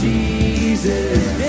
Jesus